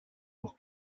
pour